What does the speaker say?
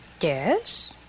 Yes